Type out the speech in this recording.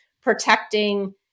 protecting